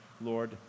Lord